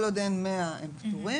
כל עוד אין 100 הם פטורים,